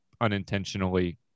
unintentionally